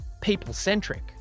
people-centric